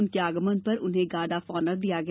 उनके आगमन पर उन्हें गार्ड ऑफ ऑनर दिया गया